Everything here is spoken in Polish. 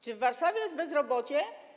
Czy w Warszawie jest bezrobocie?